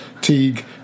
Teague